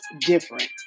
different